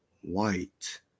White